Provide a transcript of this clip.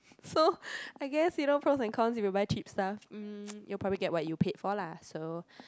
so I guess you know pros and cons if you buy cheap stuff um you'll probably get what you paid for lah so